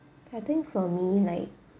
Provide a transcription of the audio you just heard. I think for me like